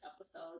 episode